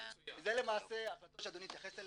אלה למעשה ההחלטות שאדוני התייחס אליהן,